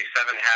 Seven